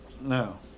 No